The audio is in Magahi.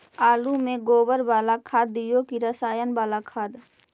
आलु में गोबर बाला खाद दियै कि रसायन बाला खाद?